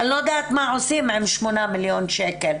אני לא יודעת מה עושים עם 8 מיליון שקל.